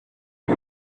for